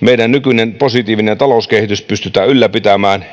meidän nykyinen positiivinen talouskehitys pystytään ylläpitämään